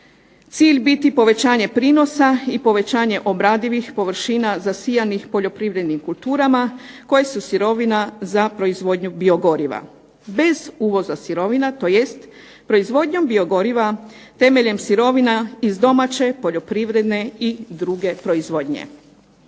cilj biti povećanje prinosa i povećanje obradivih površina zasijanih poljoprivrednim kulturama koje su sirovina za proizvodnju biogoriva. Bez uvoza sirovina tj. proizvodnjom biogoriva temeljem sirovina iz domaće poljoprivredne i druge proizvodnje.